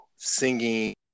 singing